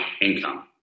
income